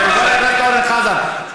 חבר הכנסת אורן אסף חזן.